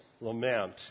lament